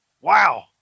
wow